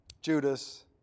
Judas